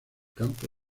campo